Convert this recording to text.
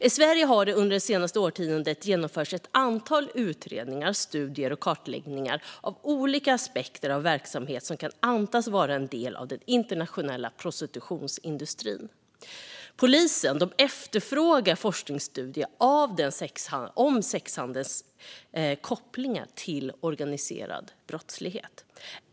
I Sverige har det under de senaste årtiondena genomförts ett antal utredningar, studier och kartläggningar av olika aspekter av verksamheter som kan antas vara en del av den internationella prostitutionsindustrin. Polisen efterfrågar forskningsstudier av sexhandelns kopplingar till organiserad brottslighet.